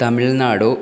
Tamil Nadu